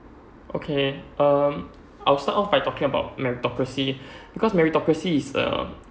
okay um I'll start off by talking about meritocracy because meritocracy is a